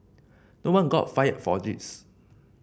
no one got fired for this